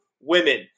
women